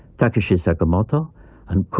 takashi sakamoto and